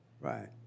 right